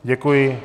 Děkuji.